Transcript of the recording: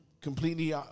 completely